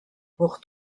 pour